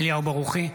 אליהו ברוכי,